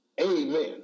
Amen